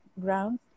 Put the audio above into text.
ground